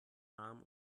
arm